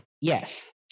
Yes